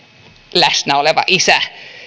läsnäoleva isä